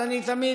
אז אני תמיד,